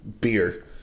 beer